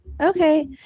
Okay